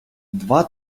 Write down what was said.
два